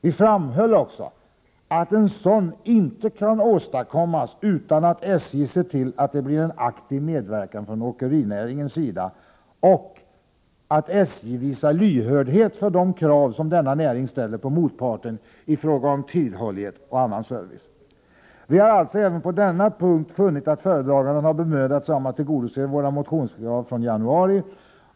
Vi framhöll också att en sådan inte kan åstadkommas utan att SJ ser till att det blir en aktiv medverkan från åkerinäringens sida och att SJ visar lyhördhet för de krav som denna näring ställer på motparten i fråga om tidhållighet och annan service. Vi har alltså även på denna punkt funnit att föredraganden har bemödat sig om att tillgodose våra motionskrav från januari.